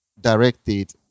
directed